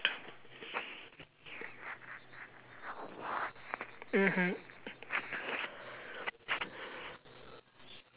mmhmm